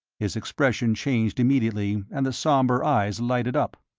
his expression changed immediately and the sombre eyes lighted up.